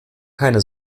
keine